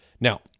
Now